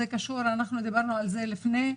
דיברנו על זה לפני,